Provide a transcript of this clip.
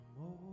more